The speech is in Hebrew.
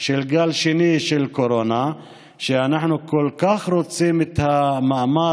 של גל שני של קורונה ואנחנו כל כך רוצים את המאמץ,